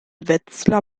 wetzlar